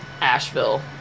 Asheville